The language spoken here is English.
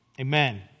Amen